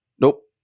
Nope